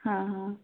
ହଁ ହଁ